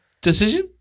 decision